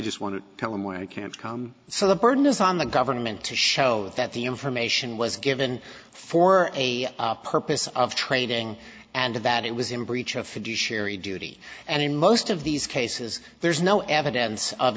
just want to tell them why i can't come so the burden is on the government to show that the information was given for a purpose of trading and that it was in breach of fiduciary duty and in most of these cases there's no evidence of